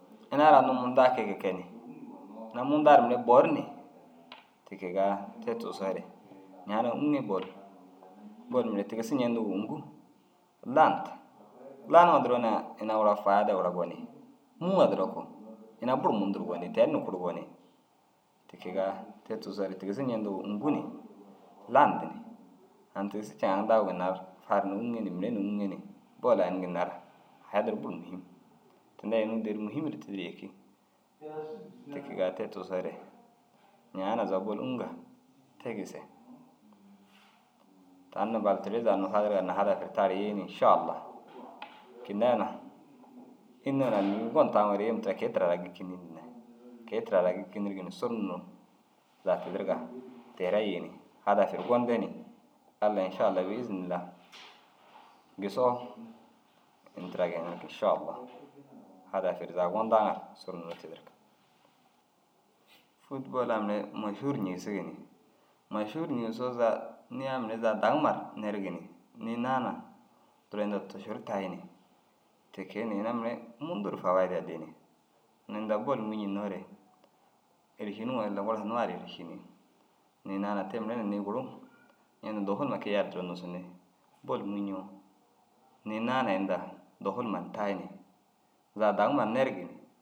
Ina ara unnu mundaa kege kee ni. Ina mundaa ru mire bor ni ti kegaa te tigisoore ñaana ûŋe bo ru. Bol mire tigisu ñendigoo ûŋgu landu laniŋo duro na ina gura faada gura gonii. Mûuŋa duro koo ina buru mundu ru gonii ten na kuru gonii. Ti kegaa te tigisoore tigisu ñendigiroo ûŋgu ni, landu ni, aŋ tigisu ceŋ aŋ daguu ginna ru far ni ûŋe ni mire na ûŋe ni bol ai ini ginna ru haya duro buru muhim. Tinda inuu dêri muhim ru tîdir yêki. Ti kegaa te tigisoore ñaana zaga bol ûŋga te gise. Tan na bol teere zaga unnu fadirigan na hadafu ru tar yii ni inšallaha. Kinai na înni yoo ini unnu gon taŋore yim tira ke- i tira raa gîkinii ndinai. Ke- i tira raa gîkinirigi ni suru nuruu zaga tidirigaa te raa yii ni hadaf ru gonde Allai inšallaha bi-îznillaha gisoo ini tira geenirigi inšallaha. Hadafi ru zaga gondaa ŋa ru suru nuruu tidirig. Fûd bol ai mire mašûr ñigisigi ni mašûr ñigisoo zaga niyaa zaga daguma ru nerigi ni. Nii naana duro inda tušir tayi ni te kee ni inuu mire mundu ru faraaja dii ni. Nuu inda bol mûwii ñenoore êrišiniŋo ille bos numa ru êršenii. Nii naana te mire na nii guru ñendu duhul na kiyai ru duro nûsinni. Bol mûwii ñoo nii naana inda duhul huma tayi ni zaga daguma ru nerigi ni.